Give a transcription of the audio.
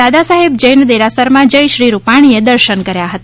દાદા સાહેબ જૈન દેરાસરમાં જઇ શ્રી રૂપાણીએ દર્શન કર્યા હતા